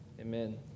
Amen